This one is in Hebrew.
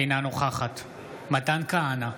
אינה נוכחת מתן כהנא,